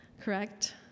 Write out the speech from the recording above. correct